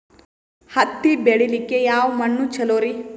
ಹತ್ತಿ ಬೆಳಿಲಿಕ್ಕೆ ಯಾವ ಮಣ್ಣು ಚಲೋರಿ?